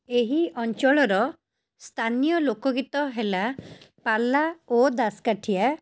ଏହି ଅଞ୍ଚଳର ସ୍ଥାନୀୟ ଲୋକଗୀତ ହେଲା ପାଲା ଓ ଦାଶକାଠିଆ